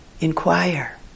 Inquire